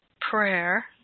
prayer